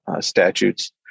statutes